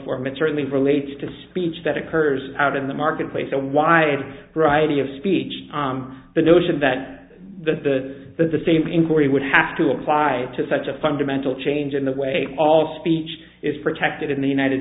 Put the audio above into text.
forum and certainly relates to speech that occurs out in the marketplace a wide variety of speech the notion that the the same inquiry would have to apply to such a fundamental change in the way all speech is protected in the united